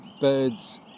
birds